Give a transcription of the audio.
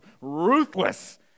ruthless